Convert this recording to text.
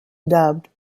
dubbed